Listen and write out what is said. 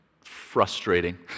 frustrating